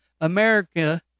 America